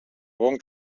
bon